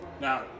Now